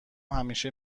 همیشه